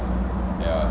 ya